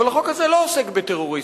אבל החוק הזה לא עוסק בטרוריסטים,